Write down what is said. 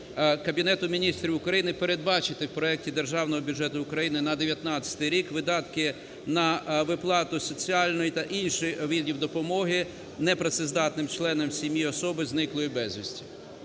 Кабінету Міністрів України передбачити в проекті Державного бюджету України на 2019 рік видатки на виплату соціальної та інших видів допомоги непрацездатним членам сім'ї особи, зниклої безвісти.